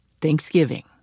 thanksgiving